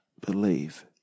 believe